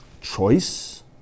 choice